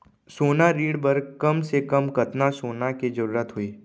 सोना ऋण बर कम से कम कतना सोना के जरूरत होही??